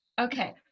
Okay